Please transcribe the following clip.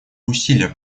усилия